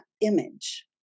image